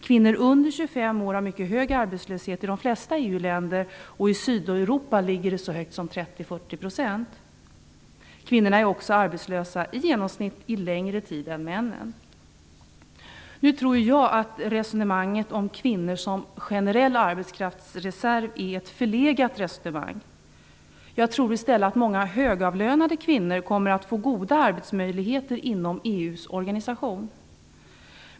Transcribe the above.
Kvinnor under 25 år har drabbats av mycket hög arbetslöshet i de flesta EU-länder. I Sydeuropa ligger den arbetslösheten så högt som på 30-40 %. Kvinnorna är också i genomsnitt arbetslösa längre tid än männen. Nu tror jag att resonemanget om kvinnor som en generell arbetskraftsreserv är ett förlegat resonemang. Jag tror i stället att många högavlönade kvinnor kommer att få goda arbetsmöjligheter inom EU:s organisation.